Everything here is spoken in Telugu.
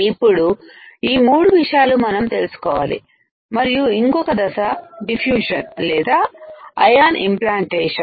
ఇప్పుడు ఈ మూడు విషయాలు మనం తెలుసుకోవాలి మరియు ఇంకొక దశ డిఫ్యూషన్ లేదా ఐయాన్ ఇంప్లాంటేషన్